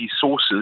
sources